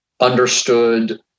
understood